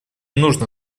нужно